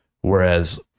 Whereas